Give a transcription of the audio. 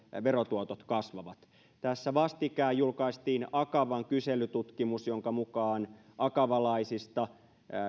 verotuotot kasvavat tässä vastikään julkaistiin akavan kyselytutkimus jonka mukaan akavalaisista